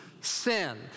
sin